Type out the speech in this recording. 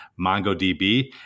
MongoDB